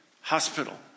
hospital